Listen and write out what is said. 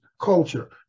culture